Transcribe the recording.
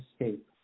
escape